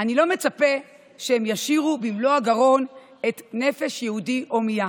"אני לא מצפה שהם ישירו במלוא הגרון את 'נפש יהודי הומייה',